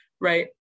right